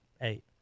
Eight